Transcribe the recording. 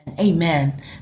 Amen